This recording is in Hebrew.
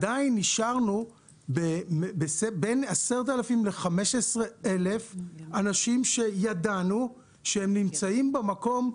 נשארנו עם בין 10,000 ל-15,000 אנשים שידענו שהם נמצאים במקום,